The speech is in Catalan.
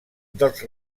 dels